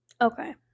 Okay